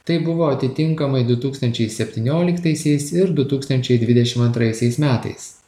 tai buvo atitinkamai du tūkstančiai septynioliktaisiais ir du tūkstančiai dvidešim antraisiais metais